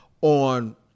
on